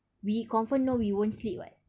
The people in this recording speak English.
we confirm know we won't sleep [what]